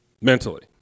Mentally